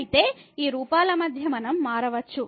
అయితే ఈ రూపాల మధ్య మనం మారవచ్చు